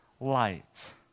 light